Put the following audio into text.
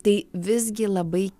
tai visgi labai